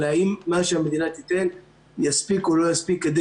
אלא האם מה שהמדינה תיתן יספיק או לא יספיק כדי